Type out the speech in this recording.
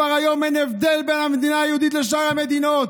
היום כבר אין הבדל בין המדינה היהודית לשאר המדינות.